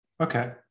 Okay